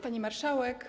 Pani Marszałek!